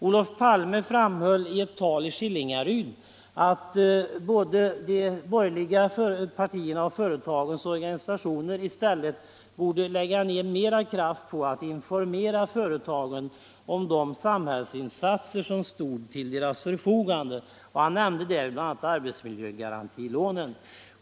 Olof Palme framhöll i eu tal i Skillingaryd att både de borgerliga partierna och företagens organisationer i stället borde lägga ned mera kratt på att informera företagen om de samhällsinsatser som stod till deras förfogande. Han nämnde därvid bl.a. arbetsmiljögarantilånen.